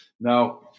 Now